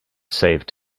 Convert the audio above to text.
saved